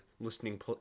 listening